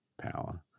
power